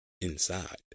inside